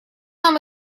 нам